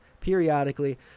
periodically